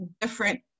different